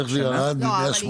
איך זה ירד מ-180?